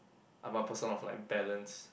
I'm a person of like balance